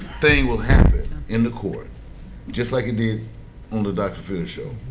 thing will happen in the court just like it did on the doctor phil show.